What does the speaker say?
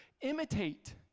imitate